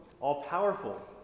all-powerful